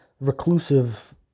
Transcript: reclusive